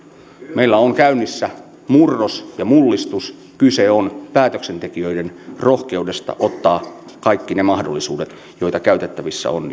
meillä on käynnissä murros ja mullistus kyse on päätöksentekijöiden rohkeudesta ottaa käyttöön kaikki ne mahdollisuudet joita käytettävissä on